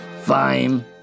fine